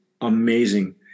Amazing